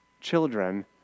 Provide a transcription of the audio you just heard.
Children